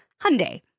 Hyundai